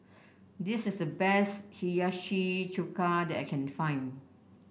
this is the best Hiyashi Chuka that I can find